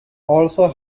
also